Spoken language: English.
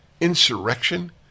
Insurrection